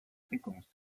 fréquence